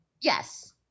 Yes